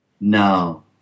No